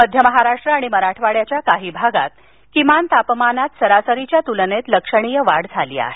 मध्य महाराष्ट्र आणि मराठवाड्याच्या काही भागात किमान तापमानात सरासरीच्या तुलनेत लक्षणीय वाढ झाली आहे